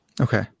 Okay